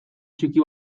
txiki